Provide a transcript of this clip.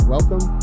Welcome